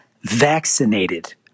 vaccinated